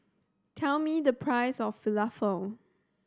tell me the price of Falafel